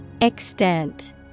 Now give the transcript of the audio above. Extent